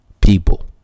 people